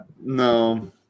No